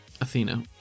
Athena